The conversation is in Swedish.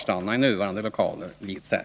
Yrkandet lyder: